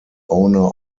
owner